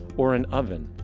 or an oven,